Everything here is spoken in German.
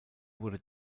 wurde